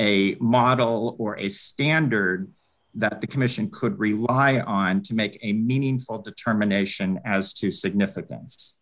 a model or a standard that the commission could rely on to make a meaningful determination as to significance